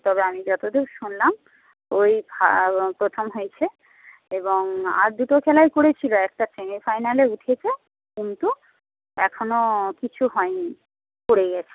তবে আমি যতদূর শুনলাম ওই প্রথম হয়েছে এবং আর দুটো খেলায় করেছিলো একটা সেমি ফাইনালে উঠেছে কিন্তু এখনও কিছু হয়নি পড়ে গেছে